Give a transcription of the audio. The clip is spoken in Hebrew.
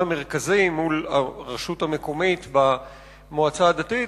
המרכזי מול הרשות המקומית במועצה הדתית.